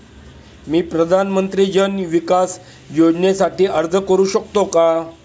मी प्रधानमंत्री जन विकास योजनेसाठी अर्ज करू शकतो का?